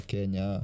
Kenya